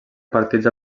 partits